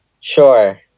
Sure